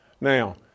Now